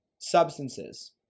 substances